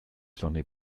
sonne